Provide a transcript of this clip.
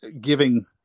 giving